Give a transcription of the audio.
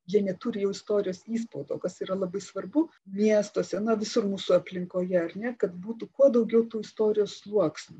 jie neturi jau istorijos įspaudo kas yra labai svarbu miestuose na visur mūsų aplinkoje ar ne kad būtų kuo daugiau tų istorijos sluoksnių